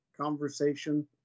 conversation